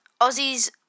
Aussies